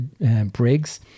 Briggs